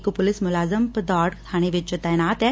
ਇਕ ਪੁਲਿਸ ਮੁਲਾਜ਼ਮ ਭਦੌੜ ਬਾਣੇ ਵਿਚ ਤਾਇਨਾਤ ਐ